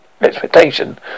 expectation